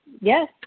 yes